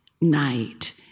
night